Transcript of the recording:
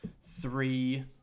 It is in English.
three